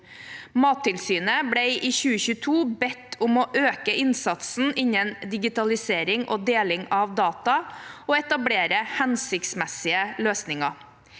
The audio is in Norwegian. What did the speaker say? Mattilsynet ble i 2022 bedt om å øke innsatsen innen digitalisering og deling av data og etablere hensiktsmessige løsninger.